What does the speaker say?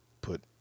put